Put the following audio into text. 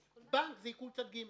בנק זה עיקול צד ג'.